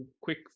quick